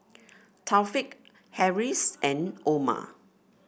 Taufik Harris and Omar